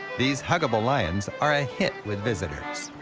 these huggable lions are a hit with visitors.